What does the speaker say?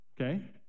okay